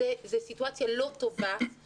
זו סיטואציה לא טובה,